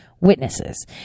witnesses